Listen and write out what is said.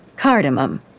Cardamom